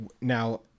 Now –